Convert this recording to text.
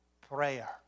prayer